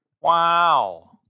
wow